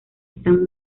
están